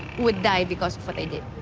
would die because of what i did.